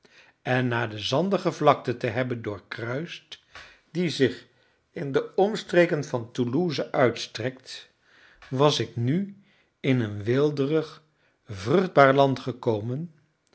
en na de zandige vlakte te hebben doorkruist die zich in de omstreken van toulouse uitstrekt was ik nu in een weelderig vruchtbaar land gekomen